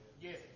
Yes